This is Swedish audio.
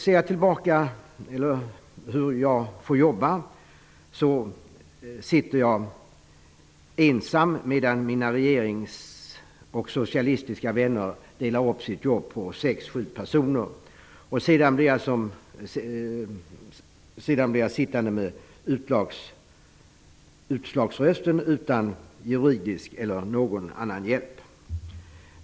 Om jag ser på hur jag får jobba kan sägas att jag får sitta ensam, medan mina regeringsvänner och socialistiska vänner delar upp jobbet på sex sju personer. Sedan blir jag sittande med utslagsrösten, utan någon juridisk eller annan hjälp.